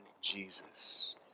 Jesus